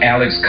Alex